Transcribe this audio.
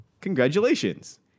congratulations